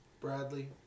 Bradley